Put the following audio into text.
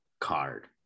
card